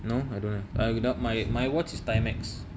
no I don't have a my my watch is mymax